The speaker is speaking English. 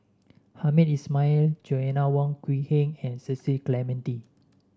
Hamed Ismail Joanna Wong Quee Heng and Cecil Clementi